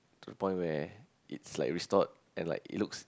to the point where it's like restored and like it looks